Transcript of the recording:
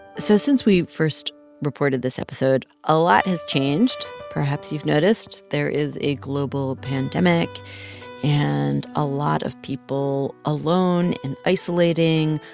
so since we first reported this episode, a lot has changed. perhaps you've noticed there is a global pandemic and a lot of people alone and isolating,